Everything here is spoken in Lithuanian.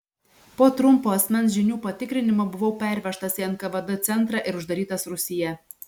po trumpo asmens žinių patikrinimo buvau pervežtas į nkvd centrą ir uždarytas rūsyje